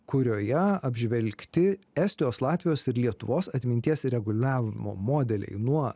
kurioje apžvelgti estijos latvijos ir lietuvos atminties ir reguliavimo modeliai nuo